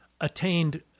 attained